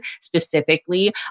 specifically